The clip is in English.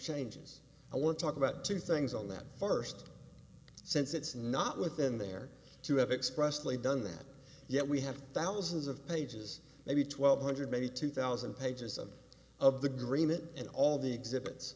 changes i want to talk about two things on that first since it's not within their to have expressed only done that yet we have thousands of pages maybe twelve hundred maybe two thousand pages of of the green and all the exhibits